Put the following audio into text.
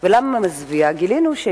ומה הפתרון המוצע לתושבי